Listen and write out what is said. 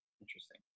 interesting